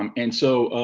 um and so